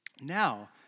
Now